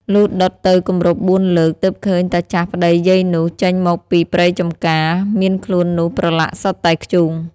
លុះដុតទៅគម្រប់ ៤ លើក ទើបឃើញតាចាស់ប្តីយាយនោះ ចេញមកពីព្រៃចម្ការ មានខ្លួននោះប្រឡាក់សុទ្ធតែធ្យូង